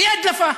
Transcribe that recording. תהיה הדלפה,